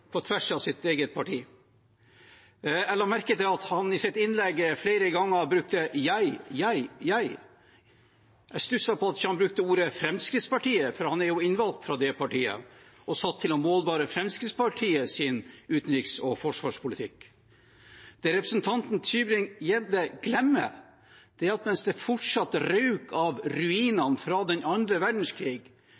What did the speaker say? på tvers av sitt eget parti. Jeg la merke til at han i sitt innlegg flere ganger brukte «jeg», «jeg», «jeg». Jeg stusset på at han ikke brukte ordet «Fremskrittspartiet», for han er jo innvalgt fra det partiet og satt til å målbære Fremskrittspartiets utenriks- og forsvarspolitikk. Det representanten Tybring-Gjedde glemmer, er at mens det fortsatt røk av